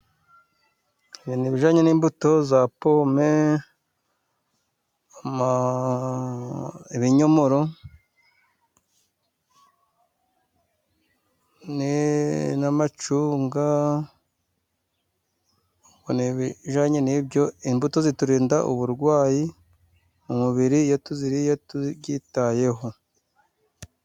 Ibintu bijyanye n'imbuto za pome, ibyomoro, n'amacunga. Imbuto ziturinda uburwayi mu mubiri, iyo yatuziriye tubyitayeho.